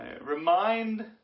remind